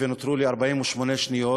ונותרו לי 48 שניות,